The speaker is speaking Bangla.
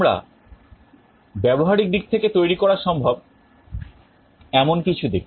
আমরা ব্যবহারিক দিক থেকে তৈরি করা সম্ভব এমন কিছু দেখি